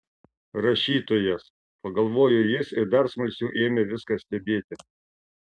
rašytojas pagalvojo jis ir dar smalsiau ėmė viską stebėti